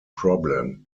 problem